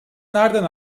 nerden